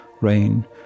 rain